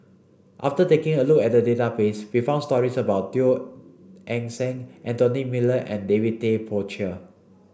after taking a look at the database we found stories about Teo Eng Seng Anthony Miller and David Tay Poey Cher